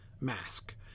mask